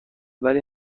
ولی